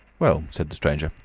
well, said the stranger,